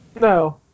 No